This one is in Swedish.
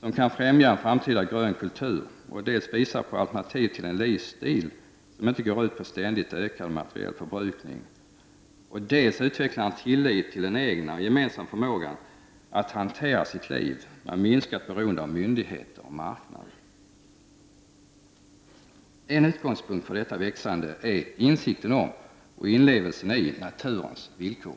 som kan främja en framtida grön kultur som dels visar på alternativ till en livsstil som inte går ut på ständigt ökad materiell förbrukning, dels utvecklar en tillit till den egna och gemensamma förmågan att hantera sitt liv med minskat beroende av myndigheter och marknad. En utgångspunkt för detta växande är insikten om och inlevelsen i naturens villkor.